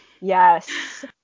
Yes